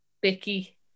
Bicky